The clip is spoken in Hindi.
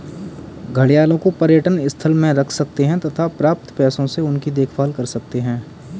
घड़ियालों को पर्यटन स्थल में रख सकते हैं तथा प्राप्त पैसों से उनकी देखभाल कर सकते है